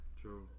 True